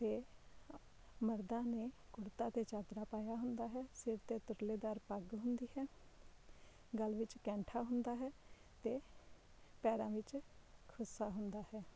ਅਤੇ ਮਰਦਾਂ ਨੇ ਕੁੜਤਾ ਅਤੇ ਚਾਦਰਾ ਪਾਇਆ ਹੁੰਦਾ ਹੈ ਸਿਰ ਅਤੇ ਤੁਰਲੇਦਾਰ ਪੱਗ ਹੁੰਦੀ ਹੈ ਗਲ ਵਿੱਚ ਕੈਂਠਾ ਹੁੰਦਾ ਹੈ ਅਤੇ ਪੈਰਾਂ ਵਿੱਚ ਖੁਸਾ ਹੁੰਦਾ ਹੈ